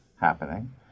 happening